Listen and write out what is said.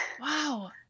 Wow